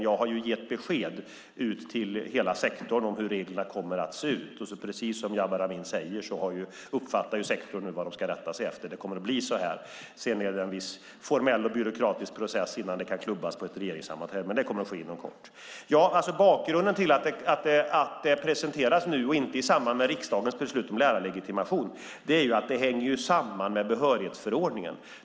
Jag har gett besked till hela sektorn om hur reglerna kommer att se ut. Precis som Jabar Amin säger uppfattar sektorn nu vad man ska rätta sig efter. Det kommer att bli så här. Sedan är det en viss formell och byråkratisk process innan det kan klubbas på ett regeringssammanträde, men det kommer att ske inom kort. Bakgrunden till att det presenteras nu och inte i samband med riksdagens beslut om lärarlegitimation är att det hänger samman med behörighetsförordningen.